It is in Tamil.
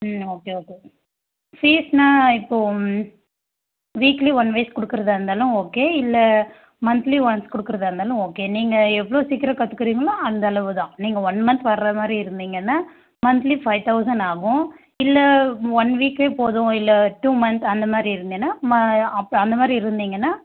ம் ஓகே ஓகே ஃபீஸ்ஸுன்னா இப்போது வீக்லி ஒன்வைஸ் வீக் கொடுக்குறதா இருந்தாலும் ஓகே இல்லை மன்த்லி ஒன்ஸ் கொடுக்குறதா இருந்தாலும் ஓகே நீங்கள் எவ்வளோ சீக்கிரம் கற்றுக்குறீங்களோ அந்த அளவு தான் நீங்கள் ஒன் மன்த் வர்ற மாதிரி இருந்தீங்கன்னா மன்த்லி ஃபைவ் தௌசண்ட் ஆகும் இல்லை ஒன் வீக்கே போதும் இல்லை டூ மன்த் அந்தமாதிரி இருந்தீன்னா மா அப்போ அந்த மாதிரி இருந்தீங்கன்னா